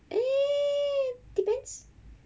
eh depends